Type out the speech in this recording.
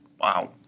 Wow